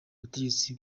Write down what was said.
butegetsi